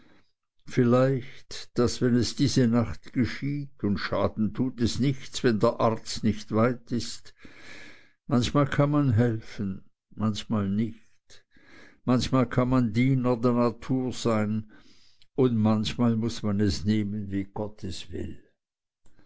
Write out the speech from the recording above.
vielleicht daß es diese nacht geschieht und schaden tut es nichts wenn der arzt nicht weit ist manchmal kann man helfen manchmal nicht manchmal kann man diener der natur sein manchmal muß man es nehmen wie gott es will